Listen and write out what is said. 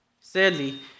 sadly